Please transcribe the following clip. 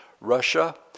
Russia